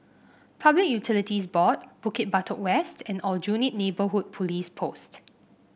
Public Utilities Board Bukit Batok West and Aljunied Neighbourhood Police Post